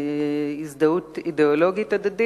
הזדהות אידיאולוגית משותפת,